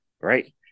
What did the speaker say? right